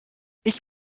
ich